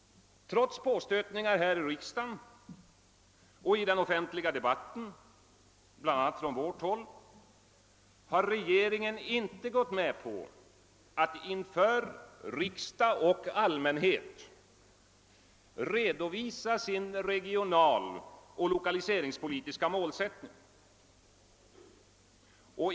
Trots påstötningar här i riksdagen och i den offentliga debatten, bl.a. från vårt håll, har regeringen inte gått med på att inför riksdag och allmänhet redovisa sin regionaloch lokaliseringspolitiska målsättning.